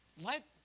Let